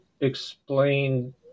explain